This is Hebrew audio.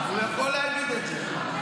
הוא יכול להגיד את זה.